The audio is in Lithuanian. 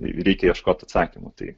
reikia ieškot atsakymų tai